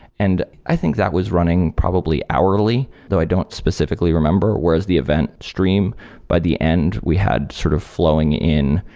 and i think that was running probably hourly, though i don't specifically remember whereas the event stream by the end, we had sort of flowing in.